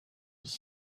was